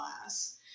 class